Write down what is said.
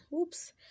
oops